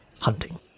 hunting